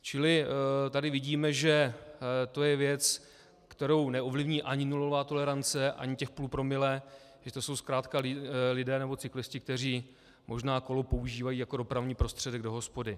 Čili tady vidíme, že to je věc, kterou neovlivní ani nulová tolerance, ani těch půl promile, že to jsou zkrátka lidé nebo cyklisté, kteří možná kolo používají jako dopravní prostředek do hospody.